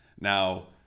Now